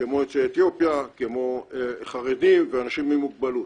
כמו יוצאי אתיופיה, כמו חרדים ואנשים עם מוגבלות.